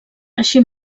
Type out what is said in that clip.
així